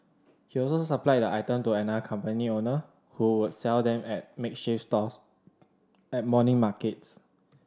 he also supplied the item to another company owner who would sell them at makeshift stalls at morning markets